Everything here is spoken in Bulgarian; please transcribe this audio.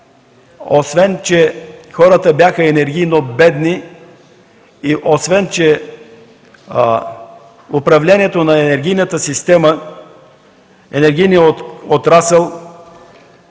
освен че хората бяха енергийно бедни, освен че управлението на енергийната система, на енергийния отрасъл